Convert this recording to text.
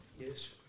Yes